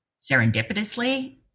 serendipitously